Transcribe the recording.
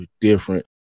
different